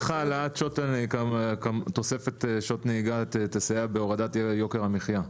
איך תוספת שעות נהיגה תסייע בהורדת יוקר המחייה?